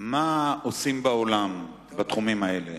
מה עושים בעולם בתחומים האלה.